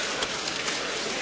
Hvala